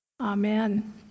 Amen